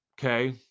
okay